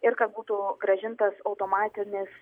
ir kad būtų grąžintas automatinis